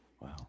Wow